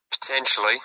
Potentially